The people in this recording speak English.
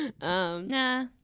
nah